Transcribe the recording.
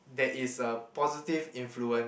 there is a positive influence